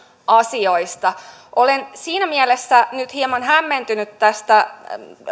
asioista olen siinä mielessä nyt hieman hämmentynyt tästä